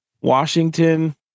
Washington